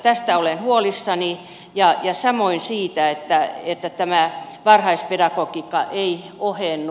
tästä olen huolissani ja samoin siitä että tämä varhaispedagogiikka ei ohennu